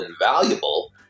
invaluable